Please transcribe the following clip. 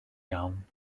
iawn